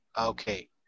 Okay